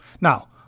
Now